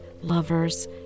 lovers